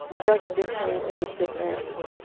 drug addiction is a sickness.